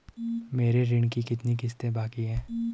मेरे ऋण की कितनी किश्तें बाकी हैं?